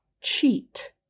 cheat